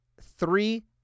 three